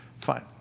Fine